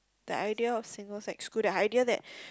the idea of single sex school the idea that